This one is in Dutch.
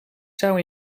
zou